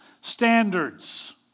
standards